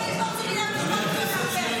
איך אתה מעז להוציא משפט כזה מהפה?